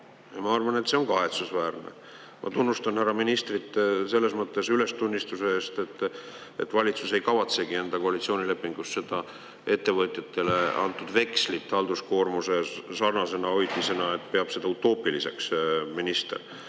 Ma arvan, et see on kahetsusväärne. Ma tunnustan härra ministrit selles mõttes ülestunnistuse eest, et valitsus ei kavatsegi enda koalitsioonilepingus seda ettevõtjatele antud vekslit halduskoormuse sarnasena hoidmisena, peab seda utoopiliseks minister